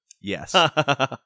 Yes